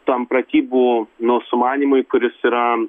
tom pratybų nu sumanymui kuris yra